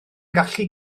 gallu